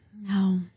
No